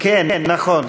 כן נכון,